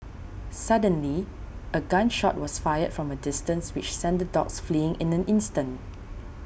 suddenly a gun shot was fired from a distance which sent the dogs fleeing in an instant